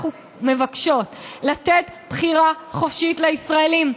אנחנו מבקשות לתת בחירה חופשית לישראלים,